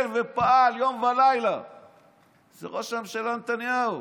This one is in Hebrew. ופעל יום ולילה הוא ראש הממשלה נתניהו.